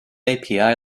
api